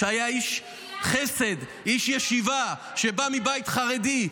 שהיה איש חסד -- אין לי מילה --- מילה אחת.